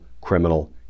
criminal